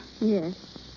Yes